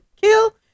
kill